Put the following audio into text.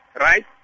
right